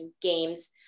games